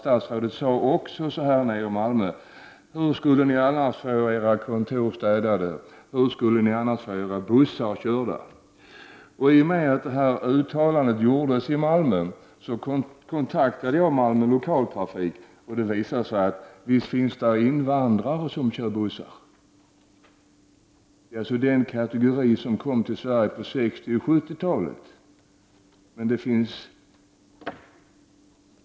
Statsrådet sade nämligen också där nere i Malmö: ”Hur skulle ni annars få era kontor städade och hur skulle ni få era bussar körda?” Med anledning av att statsrådet gjorde detta uttalande i Malmö tog jag kontakt med Malmö Lokaltrafik och fick då veta att det visserligen finns invandrare som kör bussar men att det är invandrare av den kategori som kom till Sverige på 60 och 70-talen.